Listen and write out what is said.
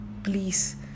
Please